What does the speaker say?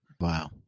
Wow